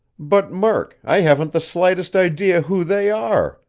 but, murk, i haven't the slightest idea who they are,